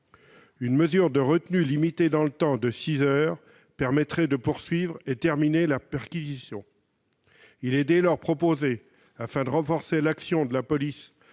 Une mesure de retenue, limitée dans le temps, de six heures permettrait de poursuivre et de terminer la perquisition. Il est dès lors proposé, afin de renforcer l'action de la police